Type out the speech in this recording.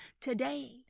today